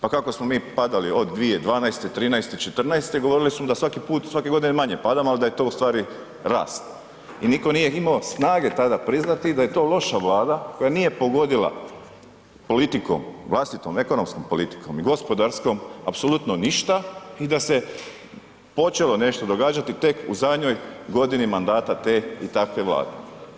Pa kako smo mi padali od 2012., 2013., 2014., govorili su da svake godine manje padamo ali da je to ustvari rast i nitko nije imao snage tada priznati da je to loša Vlada koja nije pogodila politikom vlastitom, ekonomskom politikom i gospodarskom apsolutno ništa i da se počelo nešto događati tek u zadnjoj godini mandata te i takve Vlade.